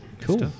Cool